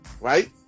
right